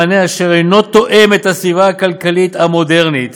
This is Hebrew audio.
מענה אשר אינו תואם את הסביבה הכלכלית המודרנית,